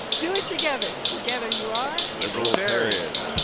do it together. together you are. liberal-tarian